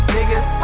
Niggas